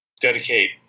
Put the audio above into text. dedicate